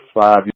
five